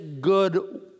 good